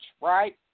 right